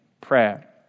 prayer